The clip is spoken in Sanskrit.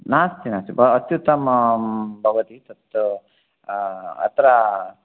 नास्ति नास्ति अत्युत्तमं भवति तत् अत्र